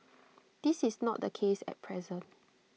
this is not the case at present